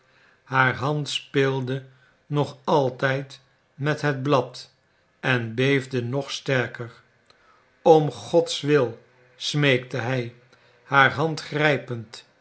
haar hand speelde nog altijd met het blad en beefde nog sterker om godswil smeekte hij haar hand grijpend